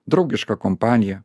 draugišką kompaniją